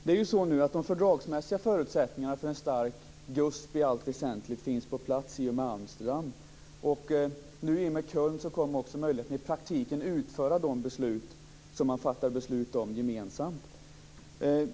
De fördragsmässiga förutsättningarna för en stark GUSP finns i allt väsentligt på plats i och med Amsterdamfördraget. I och med mötet i Köln kom också möjligheten att i praktiken utföra de beslut som man fattar gemensamt.